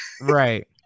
right